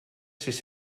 sis